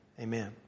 Amen